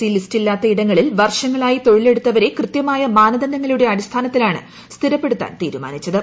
C list ഇല്ലാത്ത ഇടങ്ങളിൽ വർഷങ്ങളായി തൊഴിലെടുത്തവരെ കൃത്യമായ മാനദണ്ഡങ്ങളുടെ അടിസ്ഥാനത്തിലാണ് സ്ഥിരപ്പെടുത്താൻ തീരുമാനിച്ചത്